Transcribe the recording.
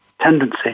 tendency